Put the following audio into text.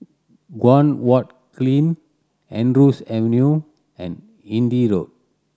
Guan Huat Kiln Andrews Avenue and Hindhede Road